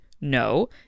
No